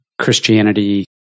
Christianity